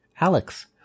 Alex